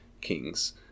kings